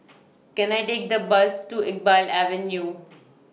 Can I Take The Bus to Iqbal Avenue